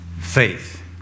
faith